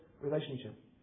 relationship